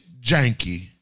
janky